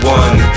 one